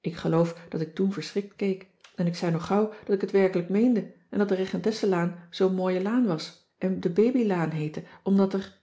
ik geloof dat ik toen verschrikt keek en ik zei nog gauw dat ik het werkelijk meende en dat de regentesselaan zoo'n mooie laan was en de baby laan heette omdat er